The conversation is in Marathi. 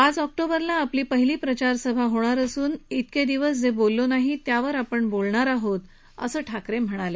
पाच ऑक्टोबरला आपली पहिली प्रचारसभा पार होणार असुन इतके दिवस जे बोललो नाही ते आता बोलणार आहोत असं ते म्हणाले